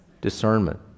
Discernment